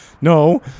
No